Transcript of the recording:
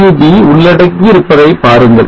sub உள்ளடக்கி இருப்பதை பாருங்கள்